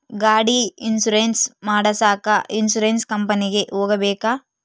ಗಾಡಿ ಇನ್ಸುರೆನ್ಸ್ ಮಾಡಸಾಕ ಇನ್ಸುರೆನ್ಸ್ ಕಂಪನಿಗೆ ಹೋಗಬೇಕಾ?